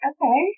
Okay